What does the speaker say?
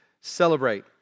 celebrate